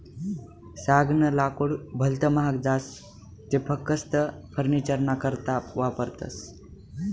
सागनं लाकूड भलत महाग जास ते फकस्त फर्निचरना करता वापरतस